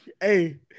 Hey